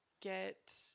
get